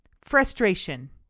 frustration